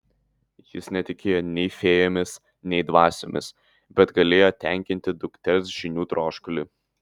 jis netikėjo nei fėjomis nei dvasiomis bet galėjo tenkinti dukters žinių troškulį